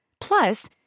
Plus